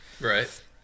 Right